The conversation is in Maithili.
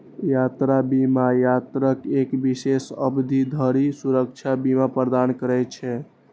यात्रा बीमा यात्राक एक विशेष अवधि धरि सुरक्षा बीमा प्रदान करै छै